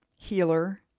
Healer